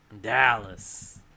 Dallas